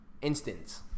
Instance